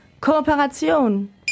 Kooperation